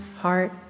heart